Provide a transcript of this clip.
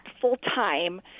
full-time